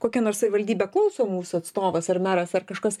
kokia nors savivaldybė klauso mūsų atstovas ar meras ar kažkas